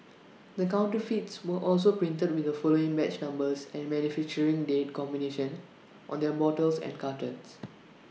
the counterfeits were also printed with the following batch numbers and manufacturing date combinations on their bottles and cartons